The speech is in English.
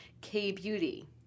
K-beauty